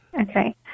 Okay